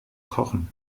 kochen